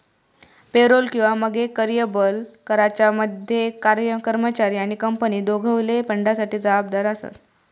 payroll किंवा मगे कर्यबल कराच्या मध्ये कर्मचारी आणि कंपनी दोघवले फंडासाठी जबाबदार आसत